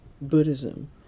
Buddhism